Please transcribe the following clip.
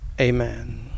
Amen